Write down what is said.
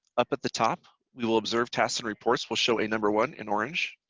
up at the top, we will observe task and reports will show a number one in orange.